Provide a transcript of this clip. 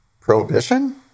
prohibition